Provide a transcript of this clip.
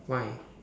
why